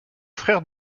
frère